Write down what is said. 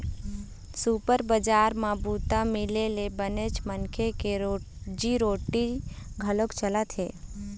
super बजार म बूता मिले ले बनेच मनखे के रोजी रोटी घलोक चलत हे